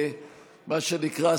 מה שנקרא,